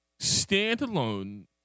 standalone